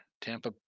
Tampa